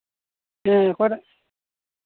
ᱦᱮᱸ ᱚᱠᱟᱴᱟᱜ